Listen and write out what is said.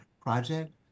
project